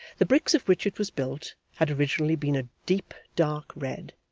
the bricks of which it was built had originally been a deep dark red,